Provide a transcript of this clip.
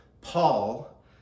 Paul